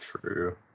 True